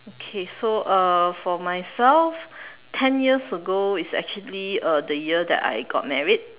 okay so uh for myself ten years ago is actually uh the year that I got married